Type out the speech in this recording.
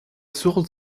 source